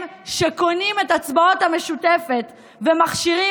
הם שקונים את הצבעות המשותפת ומכשירים